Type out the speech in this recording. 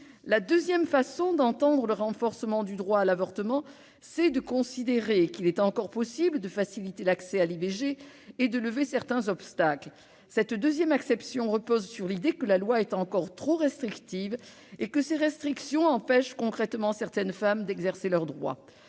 La deuxième façon d'entendre le renforcement du droit à l'avortement revient à considérer qu'il est encore possible de faciliter l'accès à l'IVG et de lever certains obstacles. Cette deuxième acception repose sur l'idée que la loi est encore trop restrictive et que ces restrictions empêchent concrètement certaines femmes d'exercer leur droit.